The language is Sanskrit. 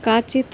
काचित्